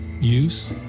use